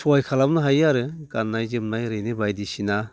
सहाय खालामनो हायो आरो गाननाय जोमनाय ओरैनो बायदिसिना